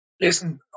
listen